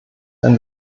ein